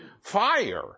fire